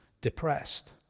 depressed